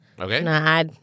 Okay